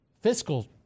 fiscal